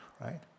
right